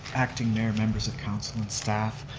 acting mayor, members of council and staff,